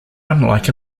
unlike